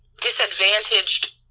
disadvantaged